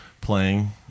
Playing